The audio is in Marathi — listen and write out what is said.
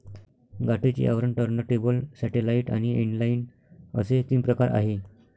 गाठीचे आवरण, टर्नटेबल, सॅटेलाइट आणि इनलाइन असे तीन प्रकार आहे